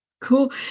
Cool